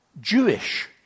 Jewish